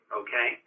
okay